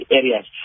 areas